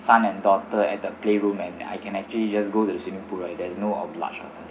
son and daughter at the playroom and I can actually just go to the swimming pool right there's no oblige or something